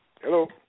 Hello